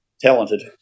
Talented